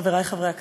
חברי חברי הכנסת,